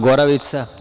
Goravica.